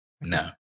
No